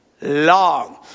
long